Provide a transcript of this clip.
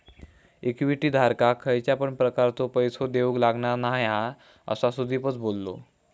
equity धारकाक खयच्या पण प्रकारचो पैसो देऊक लागणार नाय हा, असा सुदीपच बोललो